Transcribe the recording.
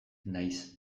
nahiz